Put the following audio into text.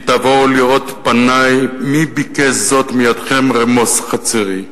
כי תבואו לראות פני מי ביקש זאת מידכם רמוס חצרי.